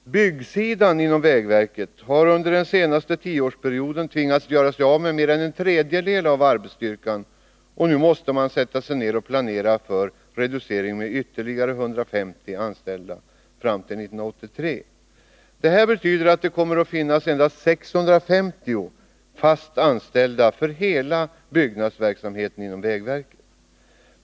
Byggsidan inom vägverket har under den senaste tioårsperioden tvingats göra sig av med mer än en tredjedel av arbetsstyrkan, och nu måste man sätta sig ned och planera för reducering med ytterligare 150 anställda fram till 1983. Det här betyder att det inom vägverket kommer att finnas endast 650 fast anställda för hela byggnadsverksamheten.